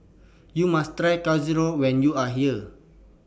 YOU must Try Chorizo when YOU Are here